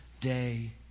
day